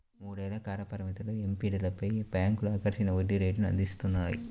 మూడేళ్ల కాల పరిమితిలోని ఎఫ్డీలపై పలు బ్యాంక్లు ఆకర్షణీయ వడ్డీ రేటును అందిస్తున్నాయి